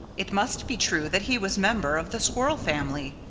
it must be true that he was member of the squirrel family.